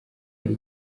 ari